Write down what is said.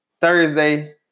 thursday